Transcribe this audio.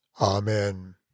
Amen